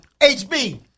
HB